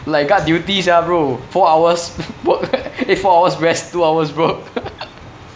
like guard duty sia bro four hours work eh four hours rest two hours work